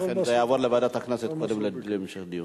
לכן זה יעבור לוועדת הכנסת להמשך דיון.